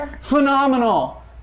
phenomenal